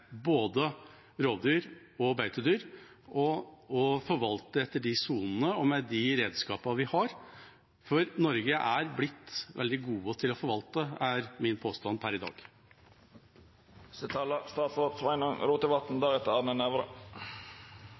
både rovdyr og beitedyr på og forvalte etter de sonene og med de redskapene vi har. For Norge er blitt veldig gode til å forvalte – det er min påstand per i